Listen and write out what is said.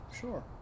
sure